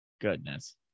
goodness